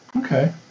Okay